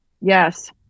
Yes